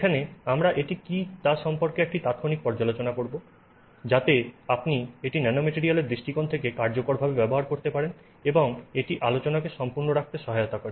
এখানে আমরা এটি কী তা সম্পর্কে একটি তাৎক্ষণিক পর্যালোচনা করব যাতে আপনি এটি ন্যানোম্যাটিলিয়ালের দৃষ্টিকোণ থেকে কার্যকরভাবে ব্যবহার করতে পারেন এবং এটি আলোচনাকে সম্পূর্ণ রাখতে সহায়তা করে